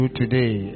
today